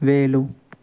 వెళ్ళు